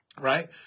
Right